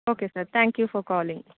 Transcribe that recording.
okay sir thank you for calling